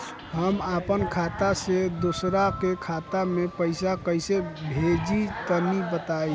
हम आपन खाता से दोसरा के खाता मे पईसा कइसे भेजि तनि बताईं?